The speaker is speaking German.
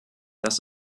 das